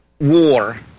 war